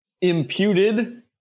imputed